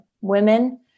Women